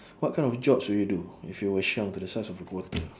what kind of jobs will you do if you were shrunk to the size of a quarter